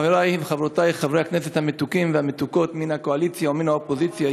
חברי וחברותי חברי הכנסת המתוקים והמתוקות מן הקואליציה ומן האופוזיציה,